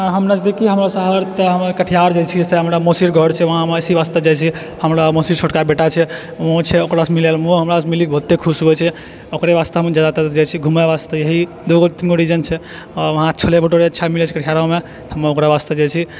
हम नजदीकी हमरा शहर तऽ हमर कटिहार जाइ छियै से हमर मौसी घर छै वहाँ मौसी वास्ते जाइ छियै हमरा मौसी छोटका बेटा छै ओ छै ओकरासँ मिलै ओ हमरासँ मिली कऽ बहुतो खुश होइ छै ओकरे वास्ते हमहूँ जादातर जाइ छियै घुमै वास्ते ही दूगो तीन गो रीजन छै आओर वहाँ छोले भठूरे अच्छा मिलै छै कटिहारमे तऽ हम ओकरा वास्ते जाइ छी